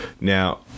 now